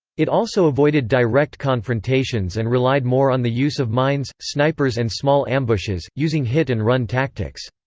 it also avoided direct confrontations and relied more on the use of mines, snipers and small ambushes, using hit and run tactics.